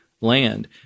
land